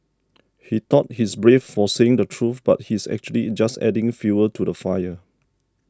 he thought he's brave for saying the truth but he's actually just adding fuel to the fire